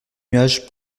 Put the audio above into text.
nuages